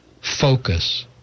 focus